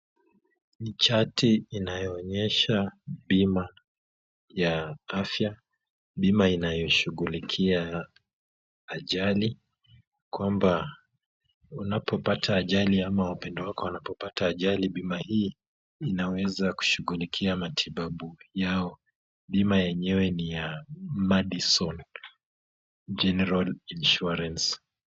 Ni chati inayoonyesha bima ya afya, bima inayoshughulikia ajali kwamba unapopata ajali ama wapendwa wako wanapopata ajali, bima hii inaweza kushughulikia matibabu yao. Bima yenyewe ni ya Madison General Insurance.